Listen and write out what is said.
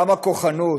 כמה כוחנות,